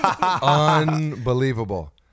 Unbelievable